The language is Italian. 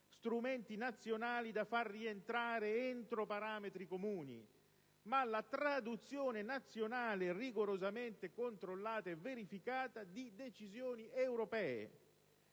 strumenti nazionali da fare rientrare entro parametri comuni, ma la traduzione nazionale, rigorosamente controllata e verificata, di decisioni europee.